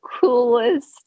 coolest